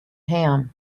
ham